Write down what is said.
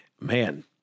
man